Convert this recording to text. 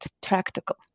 practical